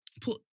put